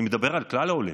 אני מדבר על כלל העולים,